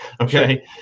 Okay